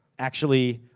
actually,